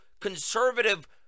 conservative